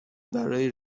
برای